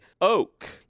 oak